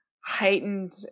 heightened